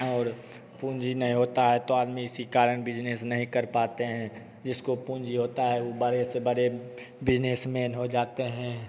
और पूँजी नहीं होता है तो आदमी इसी कारण बिज़नेस नहीं कर पाते हैं जिसको पूँजी होता है वो बड़े से बड़े बिज़नेसमैन हो जाते हैं